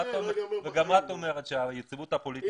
וגם השרה אומרת שהיציבות הפוליטית היא